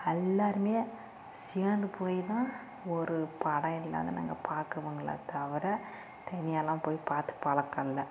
எல்லாருமே சேர்ந்து போய்தான் ஒரு படம் இல்லாத நாங்கள் பாக்கவங்களத் தவிர தனியாகலாம் போய் பார்த்துப் பழக்கம் இல்லை